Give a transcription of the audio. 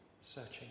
searching